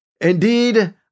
Indeed